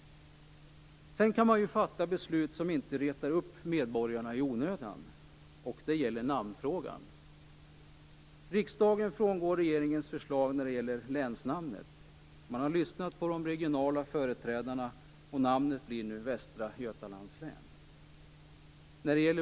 Sedan kan man ju fatta beslut som inte retar upp medborgarna i onödan, och det gäller namnfrågan. Riksdagen frångår regeringens förslag när det gäller länsnamnet. Man har lyssnat på de regionala företrädarna, och namnet blir nu Västra Götalands län.